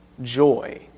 joy